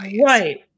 Right